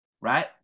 right